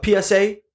psa